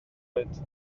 oed